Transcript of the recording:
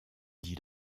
dit